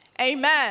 Amen